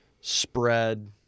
spread